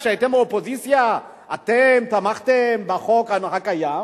כשהייתם אופוזיציה אתם תמכתם בחוק הקיים,